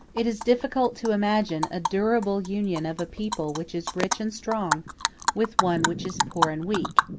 it is difficult to imagine a durable union of a people which is rich and strong with one which is poor and weak,